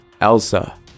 Elsa